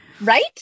Right